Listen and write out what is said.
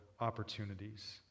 opportunities